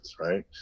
right